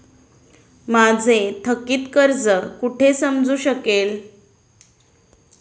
माझे थकीत कर्ज कुठे समजू शकेल?